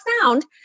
found